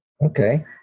Okay